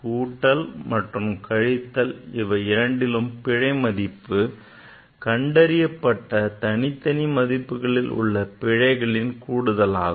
கூட்டல் மற்றும் கழித்தல் இவை இரண்டிலும் பிழை மதிப்பு கண்டறியப்பட்ட தனித்தனி மதிப்புகளில் உள்ள பிழையின் கூடுதலாகும்